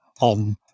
on